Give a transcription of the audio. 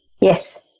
Yes